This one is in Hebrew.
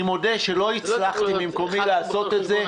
אני מודה שלא הצלחתי לעשות את זה.